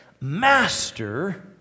Master